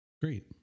Great